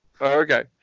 Okay